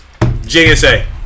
JSA